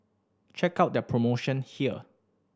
check out their promotion here